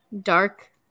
dark –